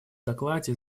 докладе